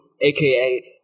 aka